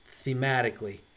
thematically